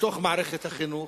בתוך מערכת החינוך,